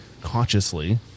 consciously